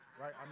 right